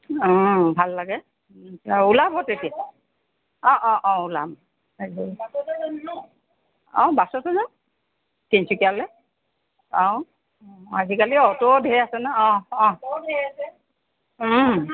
অ ভাল লাগে ওলাব তেতিয়া অ অ অ ওলাম অ বাছতে যাম তিনিচুকীয়ালৈ অ আজিকালি অ'ট'ও ধেৰ আছে নহয় অ অ